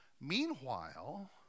Meanwhile